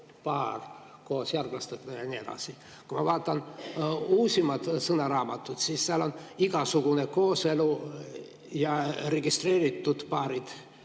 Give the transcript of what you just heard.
koos järglastega ja nii edasi. Kui ma vaatan uusimat sõnaraamatut, siis seal on igasugune kooselu ja registreeritud paarid,